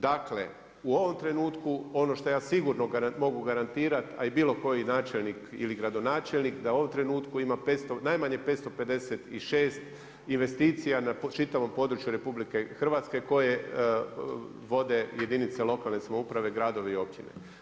Dakle, u ovom trenutku, ono što ja sigurno mogu garantirati, a i bilo koji načelnik ili gradonačelnik, da u ovom trenutku ima najmanje 556 investicija na čitavom području RH, koje vode jedinica lokalne samouprave, gradovi i općine.